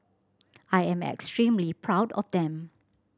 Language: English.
I am extremely proud of them